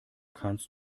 kannst